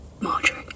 Marjorie